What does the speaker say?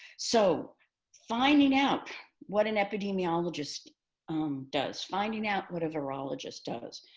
so finding out what an epidemiologist um does, finding out what a virologist does,